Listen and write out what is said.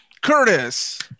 Curtis